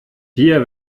dir